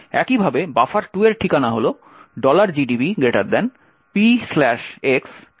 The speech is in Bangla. একইভাবে buffer2 এর ঠিকানা হল gdb px buffer2